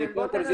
קודם כל,